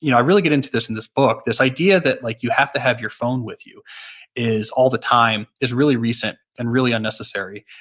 you know i really get into this in this book, this idea that like you have to have your phone with you all the time, is really recent and really unnecessary.